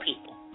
people